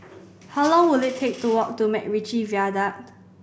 how long will it take to walk to MacRitchie Viaduct